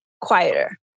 quieter